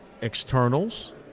externals